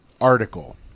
article